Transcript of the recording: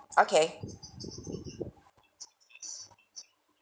okay